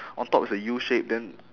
on top is a U shape then